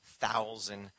thousand